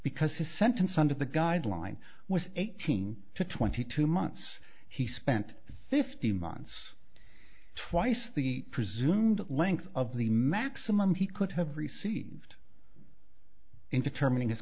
because his sentence under the guideline was eighteen to twenty two months he spent fifteen months twice the presumed length of the maximum he could have received in determining his